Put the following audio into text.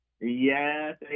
Yes